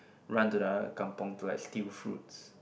run to the other kampung to like steal fruits